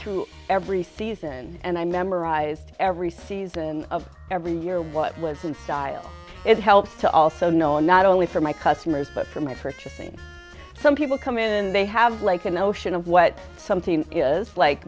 through every season and i memorized every season of every year what was in style it helps to also know not only from my customers but from my first some people come in and they have like a notion of what something is like